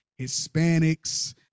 Hispanics